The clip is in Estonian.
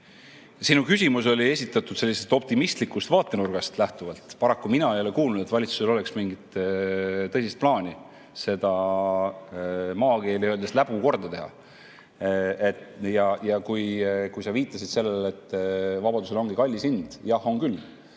sinu küsimus oli esitatud optimistlikust vaatenurgast lähtuvalt. Paraku, mina ei ole kuulnud, et valitsusel oleks mingit tõsist plaani seda, maakeeli öeldes, läbu korda teha. Kui sa viitasid sellele, et vabadusel ongi kallis hind, siis jah, on küll.